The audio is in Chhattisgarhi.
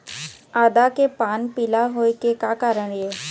आदा के पान पिला होय के का कारण ये?